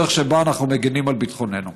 הדרך שבה אנחנו מגינים על ביטחוננו.